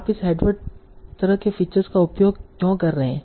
आप इस हेडवर्ड तरह के फीचर्स का उपयोग क्यों कर रहे हैं